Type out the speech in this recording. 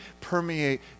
permeate